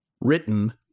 Written